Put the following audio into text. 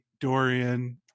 Dorian